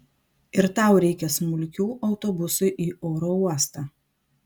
ir tau reikia smulkių autobusui į oro uostą